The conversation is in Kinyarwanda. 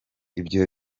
ibyo